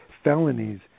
Felonies